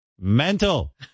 mental